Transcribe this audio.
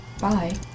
Bye